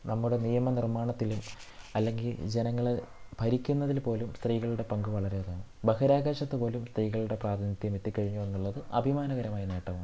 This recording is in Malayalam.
നമ്മുടെ നിയമനിർമ്മാണത്തിലും അല്ലെങ്കിൽ ജനങ്ങളെ ഭരിക്കുന്നതിൽ പോലും സ്ത്രീകളുടെ പങ്ക് വളരെ ഇതാണ് ബഹിരാകാശത്ത് പോലും സ്ത്രീകളുടെ പ്രാതിനിധ്യം എത്തിക്കഴിഞ്ഞു എന്നുള്ളത് അഭിമാനകരമായ നേട്ടമാണ്